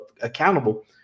accountable